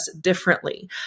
differently